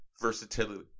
versatility